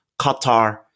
Qatar